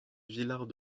villard